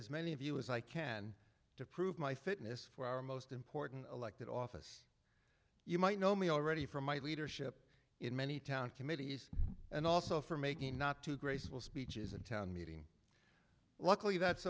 as many of you as i can to prove my fitness for our most important elected office you might know me already from my leadership in many town committees and also for making not too graceful speeches and town meeting luckily that's